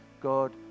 God